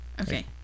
Okay